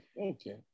Okay